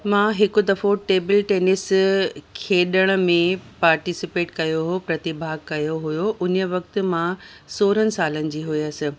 मां हिक दफ़ो टेबिल टेनिस खेॾण में पर्टिसिपेट कयो हो प्रतिभाग कयो हुयो उन वक़्ति मां सोरन सालनि जी हुयसि